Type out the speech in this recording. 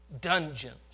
dungeons